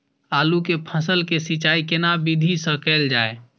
आलू के फसल के सिंचाई केना विधी स कैल जाए?